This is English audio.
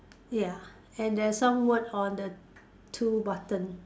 ya and there's some words on the two button